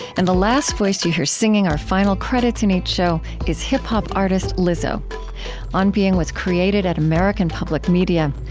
and the last voice you hear, singing our final credits in each show, is hip-hop artist lizzo on being was created at american public media.